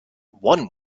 one